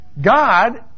God